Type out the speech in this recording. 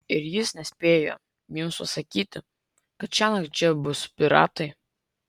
ir jis nespėjo jums pasakyti kad šiąnakt čia bus piratai